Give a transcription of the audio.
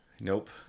nope